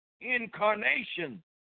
incarnation